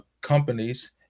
companies